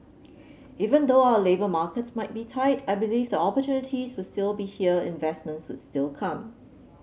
even though our labour market might be tight I believe the opportunities would sill be here investments would still come